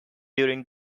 during